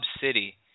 city